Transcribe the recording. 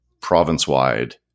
province-wide